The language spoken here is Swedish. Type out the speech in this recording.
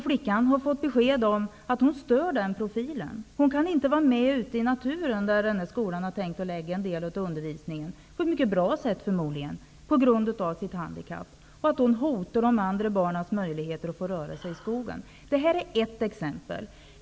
Flickan har fått besked om att hon stör den profilen. Hon kan inte vara med ute i naturen, där denna skola har tänkt förlägga en del av sin undervisning -- förmodligen på ett mycket bra sätt -- på grund av sitt handikapp. Flickan hotar därmed de andra barnens möjligheter att få röra sig i skogen. Det här är ett exempel.